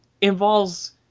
involves